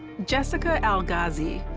jessica algazi,